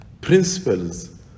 principles